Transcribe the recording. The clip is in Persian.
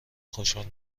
خوشحال